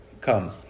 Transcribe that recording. come